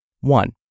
One